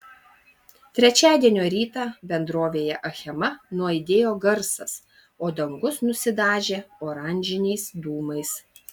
trečiadienio rytą bendrovėje achema nuaidėjo garsas o dangus nusidažė oranžiniais dūmais